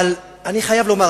אבל אני חייב לומר,